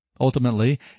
Ultimately